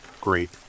Great